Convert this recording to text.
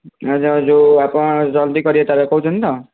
ଆ ଯ ଯେଉଁ ଆପଣ ଜଲଦି କରିବେ ତାହେଲେ କହୁଛନ୍ତି ତ